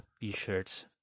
t-shirts